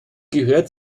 gehört